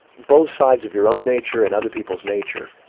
both sides of your own nature and other people's nature,